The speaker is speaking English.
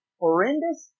horrendous